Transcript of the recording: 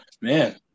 Man